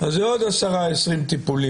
זה עוד 10 או 20 טיפולים,